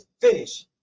finish